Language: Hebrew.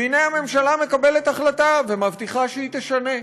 והנה, הממשלה מקבלת החלטה ומבטיחה שהיא תשנה.